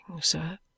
sir